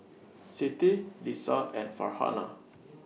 Siti Lisa and Farhanah